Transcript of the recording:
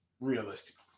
Realistically